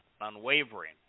unwavering